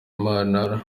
imana